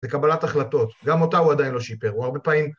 לקבלת החלטות גם אותה הוא עדיין לא שיפר הוא הרבה פעמים